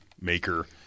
maker